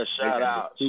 shout-out